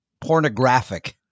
pornographic